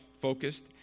focused